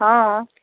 हँ